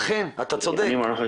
אכן אתה צודק,